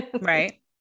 right